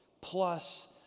Plus